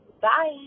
Bye